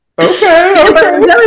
Okay